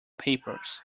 papers